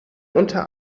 unter